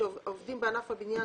שעובדים בענף הבניין,